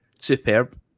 Superb